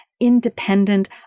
independent